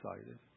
excited